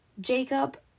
Jacob